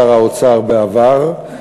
שר האוצר בעבר,